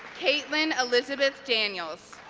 kaitlyn elizabeth daniels